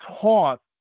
taught